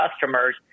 customers